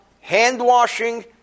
hand-washing